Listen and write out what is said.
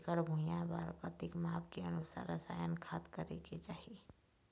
एकड़ भुइयां बार कतेक माप के अनुसार रसायन खाद करें के चाही?